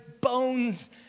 bones